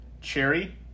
cherry